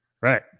Right